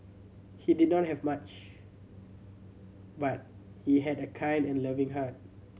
he did not have much but he had a kind and loving heart